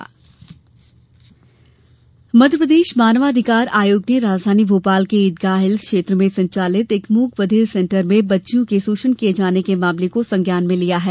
मानव अधिकार आयोग मध्यप्रदेश मानव अधिकार आयोग ने राजधानी भोपाल के ईदगाह हिल्स क्षेत्र में संचालित एक मूक बधिर सेंटर में बच्चियों के शोषण किए जाने के मामले को संज्ञान में लिया है